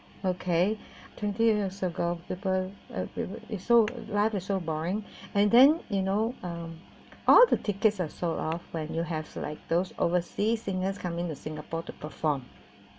okay twenty years ago people pe~ live is so boring and then you know um all the tickets are sold off when you have like those overseas singers coming to singapore to perform